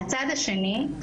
מהצד השני,